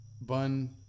Bun